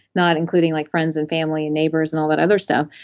not including like friends and family, and neighbors and all that other stuff,